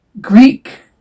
Greek